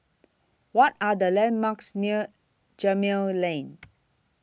What Are The landmarks near Gemmill Lane